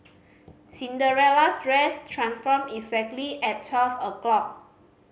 Cinderella's dress transformed exactly at twelve o' clock